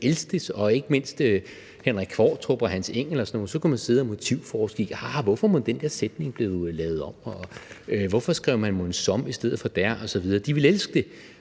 ikke mindst Henrik Qvortrup og Hans Engell og sådan nogle, som så kunne sidde og motivforske i, hvorfor mon den der sætning er blevet lavet om, og hvorfor man mon skrev »som« i stedet for »der«. De ville elske det,